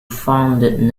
founded